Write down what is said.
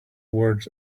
words